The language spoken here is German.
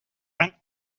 man